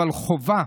אבל חובה,